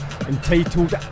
entitled